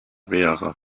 wäre